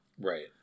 Right